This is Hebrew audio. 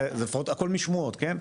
זה, לפחות, הכל משמועות, כן?